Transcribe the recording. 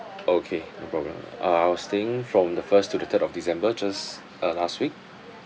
okay no problem uh I was staying from the first to the third of december just uh last week